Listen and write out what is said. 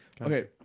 Okay